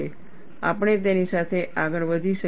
આપણે તેની સાથે આગળ વધી શકીએ છીએ